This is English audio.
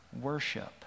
worship